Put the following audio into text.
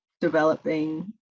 developing